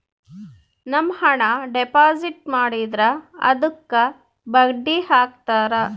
ನಮ್ ಹಣ ಡೆಪಾಸಿಟ್ ಮಾಡಿದ್ರ ಅದುಕ್ಕ ಬಡ್ಡಿ ಹಕ್ತರ